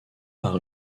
par